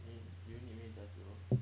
you need do you need me to test you